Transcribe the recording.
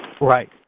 Right